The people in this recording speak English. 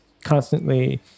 constantly